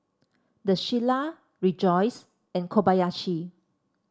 The Shilla Rejoice and Kobayashi